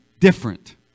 different